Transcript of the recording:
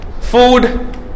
Food